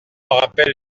rappelle